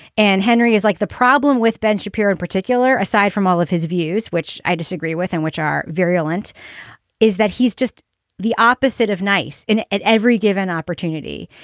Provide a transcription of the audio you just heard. and henry is like the problem with ben shapiro in particular. aside from all of his. views which i disagree with and which are virulent is that he's just the opposite of nice at every given opportunity.